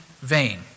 vain